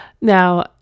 Now